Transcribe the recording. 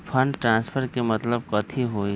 Fund transfer के मतलब कथी होई?